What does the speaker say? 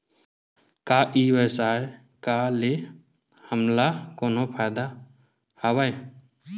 का ई व्यवसाय का ले हमला कोनो फ़ायदा हवय?